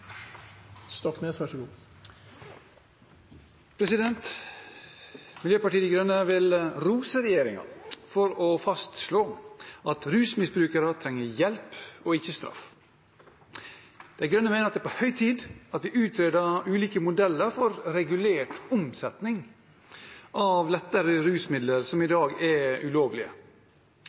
De Grønne vil rose regjeringen for å fastslå at rusmisbrukere trenger hjelp, ikke straff. De Grønne mener det er på høy tid at vi utreder ulike modeller for regulert omsetning av lettere rusmidler, som i dag er ulovlige.